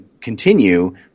continue